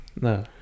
No